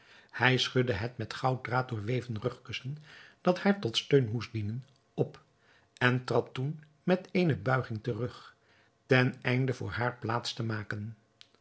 hij schudde het met gouddraad doorweven rugkussen dat haar tot steun moest dienen op en trad toen met eene buiging terug ten einde voor haar plaats te maken